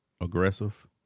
aggressive